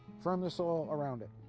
firm the soil around it.